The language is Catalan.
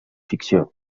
ficció